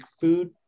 food